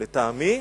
לטעמי,